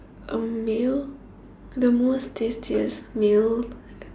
a meal the most tastiest meal